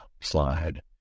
Slide